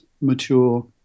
mature